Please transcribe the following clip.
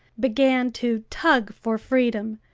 began to tug for freedom,